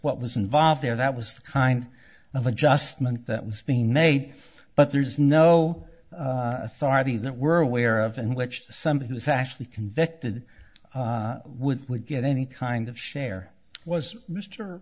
what was involved there that was the kind of adjustment that was being made but there is no authority that we're aware of and which somebody was actually convicted with would get any kind of share was mr